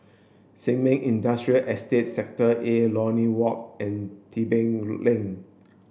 Sin Ming Industrial Estate Sector A Lornie Walk and Tebing Lane